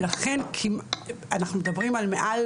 אנחנו מדברים על מעל